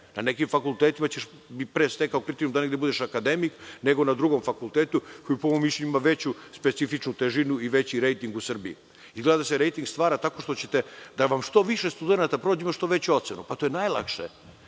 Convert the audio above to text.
ne. Na nekim fakultetima bi pre stekao kriterijum da negde budeš akademik, nego na drugom fakultetu koji po mom mišljenju ima veću specifičnu težinu i veći rejting u Srbiji. Izgleda da se rejting stvara tako što ćete da nam što više studenata prođe da ima što veću ocenu. To je najlakše.